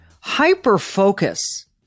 hyper-focus